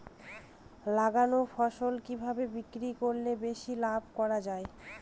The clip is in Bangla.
লাগানো ফসল কিভাবে বিক্রি করলে বেশি লাভ করা যায়?